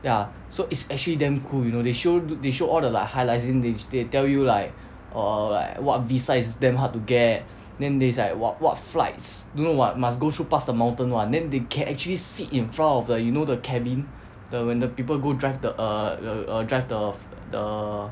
ya so it's actually damn cool you know they show they show all the like highlights then ju~ they tell you like err like what visa is damn hard to get then is like what flights don't know what must go through pass the mountain [one] then they can actually sit in front of the you know the cabin the when the people go drive the err the drive the the